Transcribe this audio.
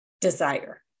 desire